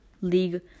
league